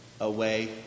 away